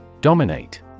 Dominate